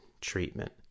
treatment